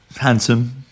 handsome